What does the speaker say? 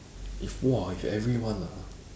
if !wah! if everyone ah